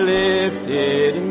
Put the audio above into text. lifted